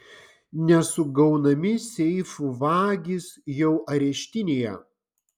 nesugaunami seifų vagys jau areštinėje